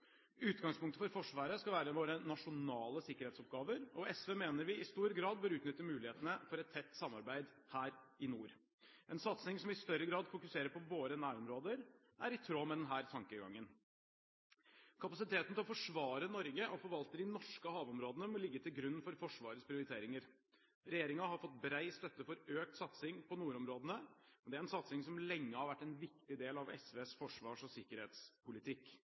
Utgangspunktet for Forsvaret skal være våre nasjonale sikkerhetsoppgaver, og SV mener vi i stor grad bør utnytte mulighetene for et tett samarbeid her i nord. En satsing som i større grad fokuserer på våre nærområder, er i tråd med denne tankegangen. Kapasiteten til å forsvare Norge og forvalte de norske havområdene må ligge til grunn for Forsvarets prioriteringer. Regjeringen har fått bred støtte for økt satsing på nordområdene, og det er en satsing som lenge har vært en viktig del av SVs forsvars- og sikkerhetspolitikk.